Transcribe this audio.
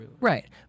Right